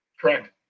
Correct